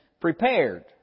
prepared